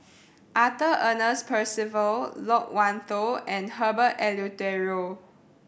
Arthur Ernest Percival Loke Wan Tho and Herbert Eleuterio